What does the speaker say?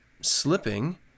slipping